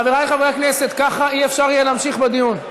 חברי חברי הכנסת, ככה לא יהיה אפשר להמשיך בדיון.